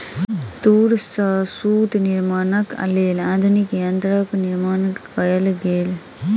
तूर सॅ सूत निर्माणक लेल आधुनिक यंत्रक निर्माण कयल गेल